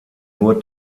nur